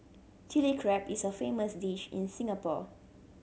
Chilli Crab is a famous dish in Singapore